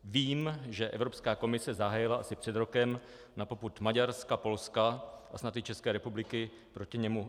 Vím, že Evropská komise zahájila asi před rokem na popud Maďarska, Polska a snad i České republiky proti němu infringement.